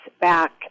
back